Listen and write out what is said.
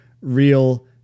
real